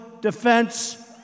defense